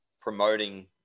promoting